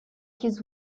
his